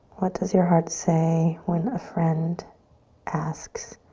what does your heart say when a friend asks,